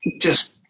just-